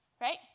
right